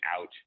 out